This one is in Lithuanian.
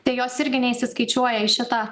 tai jos irgi neįsiskaičiuoja į šitą